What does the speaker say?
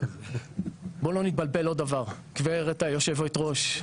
בוא לא נתבלבל בעוד דבר גברת יושבת הראש,